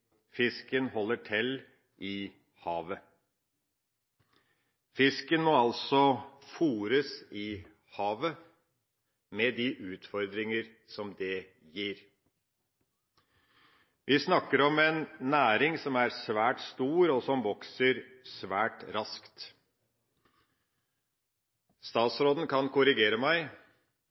Fisken holder til i havet. Fisken må altså fôres i havet, med de utfordringer som det gir. Vi snakker om en næring som er svært stor, og som vokser svært raskt. Statsråden kan korrigere meg,